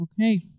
Okay